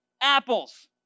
apples